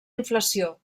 inflació